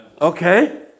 Okay